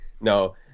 no